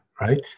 right